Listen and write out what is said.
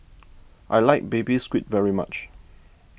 I like Baby Squid very much